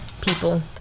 people